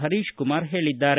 ಹರೀಶಕುಮಾರ್ ಹೇಳಿದ್ದಾರೆ